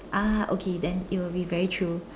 ah okay then it will be very true